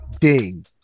ding